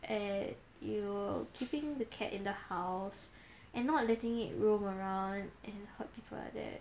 and you keeping the cat in the house and not letting it roam around and hurt people like that